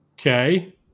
okay